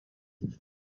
dried